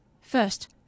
First